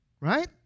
Right